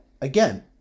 again